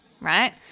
right